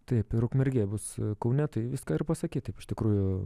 taip ir ukmergėj bus kaune tai viską ir pasakei taip iš tikrųjų